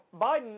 Biden